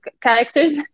characters